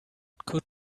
could